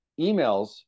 emails